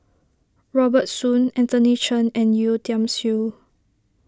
Robert Soon Anthony Chen and Yeo Tiam Siew